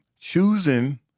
choosing